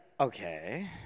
okay